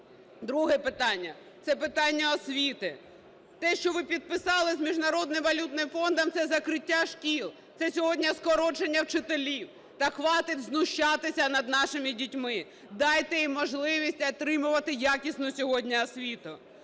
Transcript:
Друге питання – це питання освіти. Те, що ви підписали з Міжнародним валютним фондом, - це закриття шкіл, це сьогодні скорочення вчителів. Та хватить знущатися над нашими дітьми! Дайте їм можливість отримувати якісну сьогодні освіту.